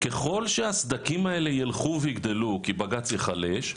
ככל שהסדקים האלה ילכו ויגדלו כי בג"צ ייחלש,